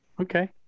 okay